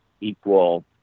equal